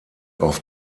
auf